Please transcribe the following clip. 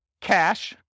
cash